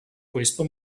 questo